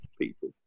people